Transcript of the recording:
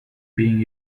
being